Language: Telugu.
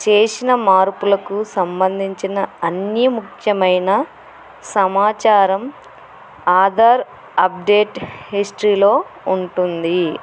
చేసిన మార్పులకు సంబంధించిన అన్ని ముఖ్యమైన సమాచారం ఆధార్ అప్డేట్ హిస్టరీలో ఉంటుంది